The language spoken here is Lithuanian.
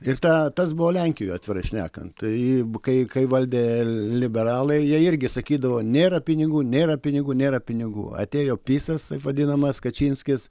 ir tą tas buvo lenkijoj atvirai šnekant tai kai kai valdė liberalai jie irgi sakydavo nėra pinigų nėra pinigų nėra pinigų atėjo pisas taip vadinamas kačinskis